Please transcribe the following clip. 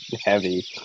heavy